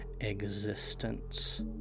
existence